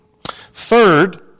Third